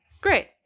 Great